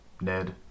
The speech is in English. Ned